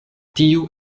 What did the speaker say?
tiu